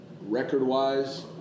record-wise